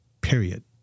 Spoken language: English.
period